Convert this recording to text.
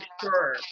sure